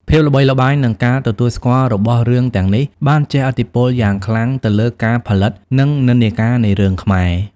ភាពល្បីល្បាញនិងការទទួលស្គាល់របស់រឿងទាំងនេះ បានជះឥទ្ធិពលយ៉ាងខ្លាំងទៅលើការផលិត និងនិន្នាការនៃរឿងខ្មែរ។